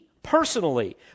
personally